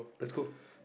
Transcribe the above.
let's go